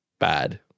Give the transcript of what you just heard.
bad